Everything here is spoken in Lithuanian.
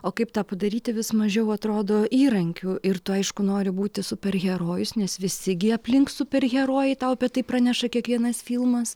o kaip tą padaryti vis mažiau atrodo įrankių ir tu aišku nori būti superherojus nes visi gi aplink superherojai tau apie tai praneša kiekvienas filmas